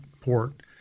port